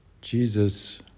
Jesus